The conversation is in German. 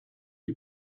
die